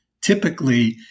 typically